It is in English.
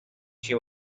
she